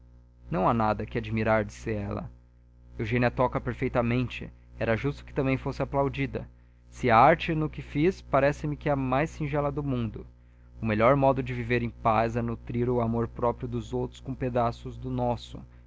não há nada que admirar disse ela eugênia toca perfeitamente era justo que também fosse aplaudida se há arte no que fiz parece-me que é a mais singela do mundo o melhor modo de viver em paz é nutrir o amor-próprio dos outros com pedaços do nosso